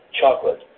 chocolate